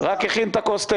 לשלול או לאשר שום דבר,